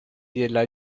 della